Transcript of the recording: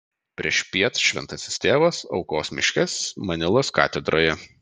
priešpiet šventasis tėvas aukos mišias manilos katedroje